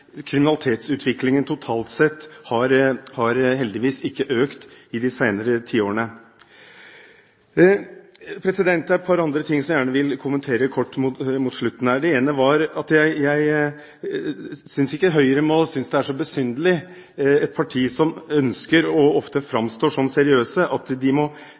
totalt sett har heldigvis ikke økt i de senere tiårene. Det er et par andre ting som jeg gjerne vil kommentere kort til slutt. Det ene er at jeg synes ikke Høyre, et parti som ønsker å framstå som seriøst, må synes det er så besynderlig at de må si at de har begått en skrivefeil i de